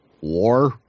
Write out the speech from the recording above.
war